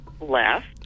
left